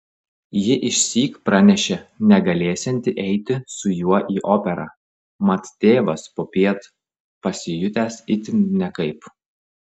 ji išsyk pranešė negalėsianti eiti su juo į operą mat tėvas popiet pasijutęs itin nekaip